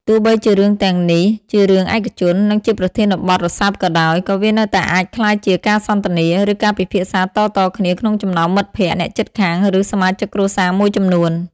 ទោះបីជារឿងទាំងនេះជារឿងឯកជន និងជាប្រធានបទរសើបក៏ដោយ ក៏វានៅតែអាចក្លាយជាការសន្ទនា ឬការពិភាក្សាតៗគ្នាក្នុងចំណោមមិត្តភក្តិ អ្នកជិតខាង ឬសមាជិកគ្រួសារមួយចំនួន។